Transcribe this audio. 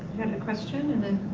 and a question and then